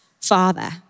Father